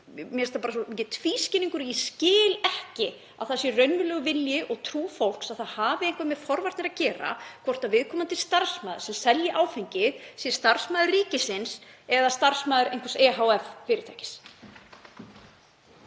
Mér finnst það bara svo mikill tvískinnungur og ég skil ekki að það sé raunverulegur vilji og trú fólks að það hafi eitthvað með forvarnir að gera hvort viðkomandi starfsmaður sem selji áfengið sé starfsmaður ríkisins eða starfsmaður einhvers ehf. fyrirtækis.